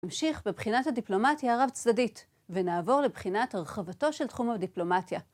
נמשיך בבחינת הדיפלומטיה הרב צדדית, ונעבור לבחינת הרחבתו של תחום הדיפלומטיה.